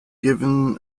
given